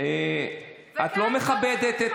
הכוח אצלך, אבל לא לנצח, תזכור את זה.